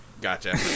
Gotcha